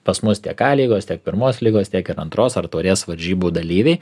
pas mus tiek a lygos tiek pirmos lygos tiek ir antros ar taurės varžybų dalyviai